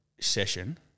Session